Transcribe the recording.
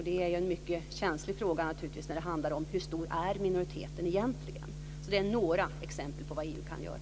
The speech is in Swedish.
Det är en mycket känslig fråga som handlar om hur stor minoriteten egentligen är. Det är några exempel på vad EU kan göra.